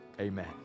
amen